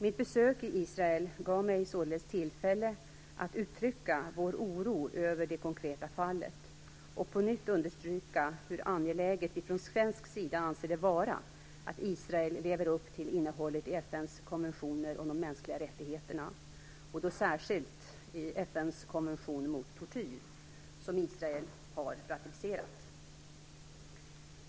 Mitt besök i Israel gav mig således tillfälle att uttrycka vår oro över det konkreta fallet och på nytt understryka hur angeläget vi från svensk sida anser det vara att Israel lever upp till innehållet i FN:s konventioner om de mänskliga rättigheterna och då särskilt FN:s konvention mot tortyr, som Israel har ratificerat.